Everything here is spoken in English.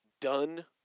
done